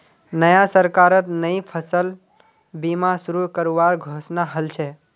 नया सरकारत नई फसल बीमा शुरू करवार घोषणा हल छ